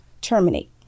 terminate